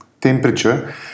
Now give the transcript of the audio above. temperature